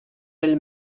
pêle